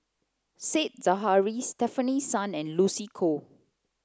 Said Zahari Stefanie Sun and Lucy Koh